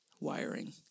wiring